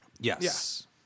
Yes